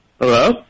Hello